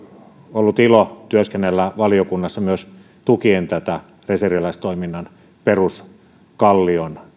ollut ilo työskennellä valiokunnassa myös tukien tätä reserviläistoiminnan peruskallion